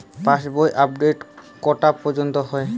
পাশ বই আপডেট কটা পর্যন্ত হয়?